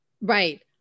Right